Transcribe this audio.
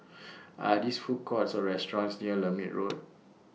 Are These Food Courts Or restaurants near Lermit Road